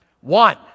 one